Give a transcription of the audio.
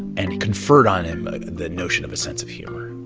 and he conferred on him the notion of a sense of humor.